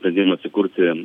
pradėjom atsikurti